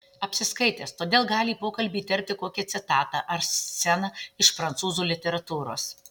apsiskaitęs todėl gali į pokalbį įterpti kokią citatą ar sceną iš prancūzų literatūros